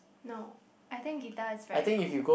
no I think guitar is very cool